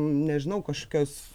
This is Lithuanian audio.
nežinau kažkokios